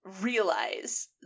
realize